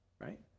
right